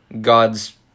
God's